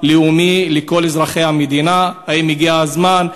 לאומי לכל אזרחי המדינה: האם הגיע הזמן,